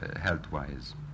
health-wise